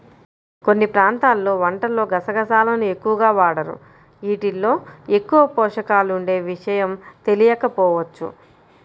కొన్ని ప్రాంతాల్లో వంటల్లో గసగసాలను ఎక్కువగా వాడరు, యీటిల్లో ఎక్కువ పోషకాలుండే విషయం తెలియకపోవచ్చు